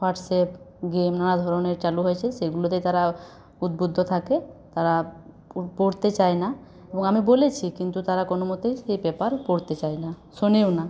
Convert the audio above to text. WhatsApp game নানা ধরণের চালু হয়েছে সেগুলোতেই তারা উদ্বুদ্ধ থাকে তারা পড়তে চায় না এবং আমি বলেছি কিন্তু তারা কোনো মতেই সেই পেপার পড়তে চায় না শোনেও না